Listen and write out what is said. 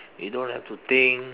you don't have to think